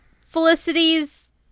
Felicity's